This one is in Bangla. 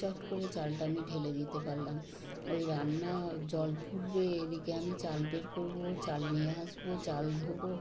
চট করে চালটা আমি ঢেলে দিতে পারলাম ওই রান্না জল ফুটবে এদিকে আমি চাল বের করব চাল নিয়ে আসবো চাল ধোব